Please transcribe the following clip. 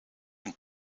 een